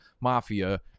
mafia